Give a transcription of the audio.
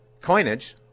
coinage